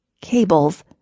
Cables